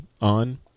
on